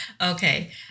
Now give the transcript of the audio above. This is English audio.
Okay